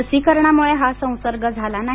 लसीकरणामुळे हा संसर्ग झाला नाही